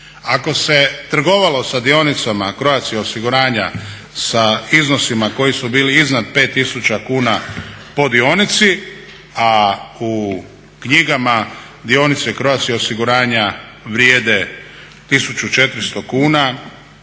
Ako se trgovalo sa dionicama Croatia osiguranja, sa iznosima koji su bili iznad 5000 kuna po dionici a u knjigama dionice Croatia osiguranje vrijede 1400 kuna